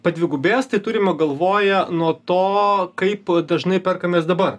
padvigubės tai turima galvoje nuo to kaip dažnai perkamės dabar